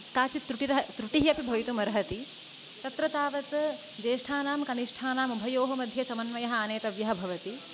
काचित् त्रुटिर् त्रुटिः अपि भवितुम् अर्हति तत्र तावत् ज्येष्ठानां कनिष्ठानाम् उभयोः मध्ये समन्वयः आनेतव्यः भवति